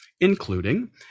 including